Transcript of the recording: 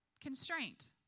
Constraint